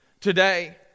today